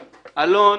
אלון,